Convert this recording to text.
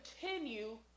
continue